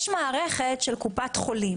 יש מערכת של קופת חולים.